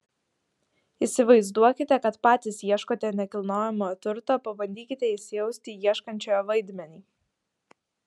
įsivaizduokite kad patys ieškote nekilnojamojo turto pabandykite įsijausti į ieškančiojo vaidmenį